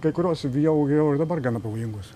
kai kurios jau jau ir dabar gana pavojingos